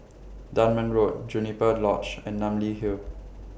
Dunman Road Juniper Lodge and Namly Hill